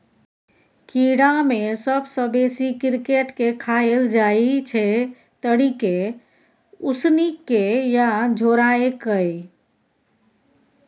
कीड़ा मे सबसँ बेसी क्रिकेट केँ खाएल जाइ छै तरिकेँ, उसनि केँ या झोराए कय